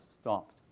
stopped